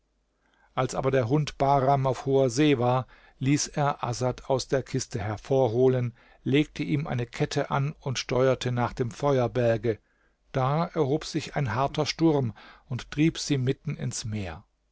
als aber der hund bahram auf hoher see war ließ er asad aus der kiste hervorholen legte ihm eine kette an und steuerte nach dem feuerberge da erhob sich ein harter sturm und trieb sie mitten ins meer